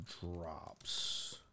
drops